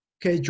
que